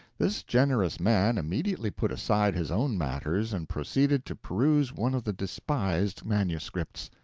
this generous man immediately put aside his own matters and proceeded to peruse one of the despised manuscripts.